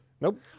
Nope